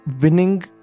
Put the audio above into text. winning